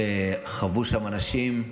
למה שחוו שם אנשים.